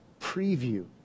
preview